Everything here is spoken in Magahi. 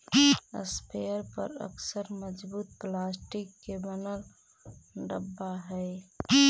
स्प्रेयर पअक्सर मजबूत प्लास्टिक के बनल डब्बा हई